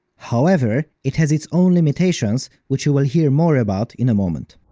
however, it has its own limitations, which you will hear more about in a moment.